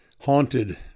haunted